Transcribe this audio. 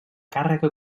càrrega